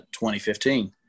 2015